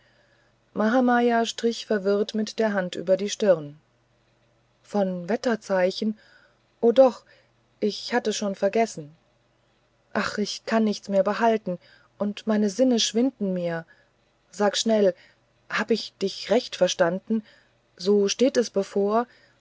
mahamaya strich verwirrt mit der hand über die stirn von wetterzeichen o doch das hatte ich schon vergessen ach ich kann nichts mehr behalten und meine sinne schwinden mir sag schnell habe ich dich recht verstanden so steht es bevor